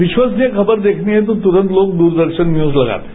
विश्वसनीय खबर देखनी है तो तुरंत लोग दूरदर्शन न्यूज लगाते हैं